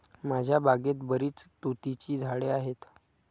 माझ्या बागेत बरीच तुतीची झाडे आहेत